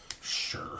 Sure